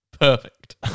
Perfect